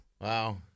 Wow